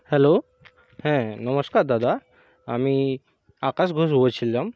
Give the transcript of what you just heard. hello হ্যাঁ নমস্কার দাদা আমি আকাশ ঘোষ বলছিলাম